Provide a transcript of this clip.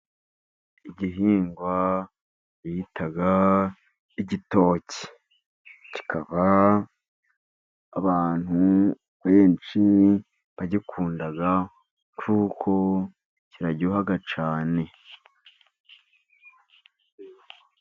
Igihingwa bitaga igitoki kikaba abantu benshi bagikunda kuko kiryoha cyane.